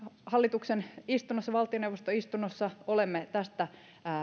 hallituksen istunnossa valtioneuvoston istunnossa olemme tästä